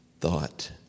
thought